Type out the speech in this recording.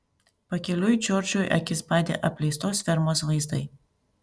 pakeliui džordžui akis badė apleistos fermos vaizdai